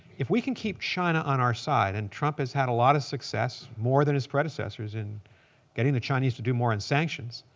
if we can keep china on our side and trump has had a lot of success, more than his predecessors, in getting the chinese to do more on sanctions.